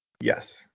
Yes